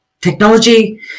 Technology